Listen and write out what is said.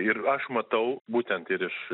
ir aš matau būtent ir iš